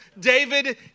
David